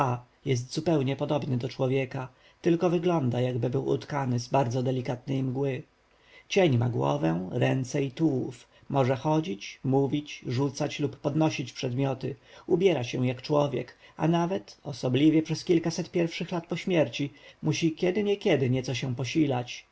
jest zupełnie podobny do człowieka tylko wygląda jakby był utkany z bardzo delikatnej mgły cień ma głowę ręce i tułów może chodzić mówić rzucać lub podnosić przedmioty ubiera się jak człowiek a nawet osobliwie przez kilkaset pierwszych lat po śmierci musi od czasu do czasu nieco się posilać